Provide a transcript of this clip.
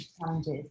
challenges